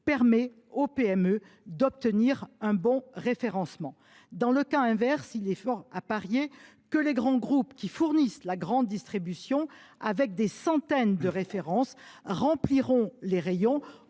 permet aux PME d’obtenir un bon référencement. Dans le cas inverse, il aurait été plus que probable que les grands groupes qui fournissent la grande distribution et disposent de centaines de références remplissent les rayons,